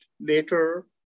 later